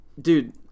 Dude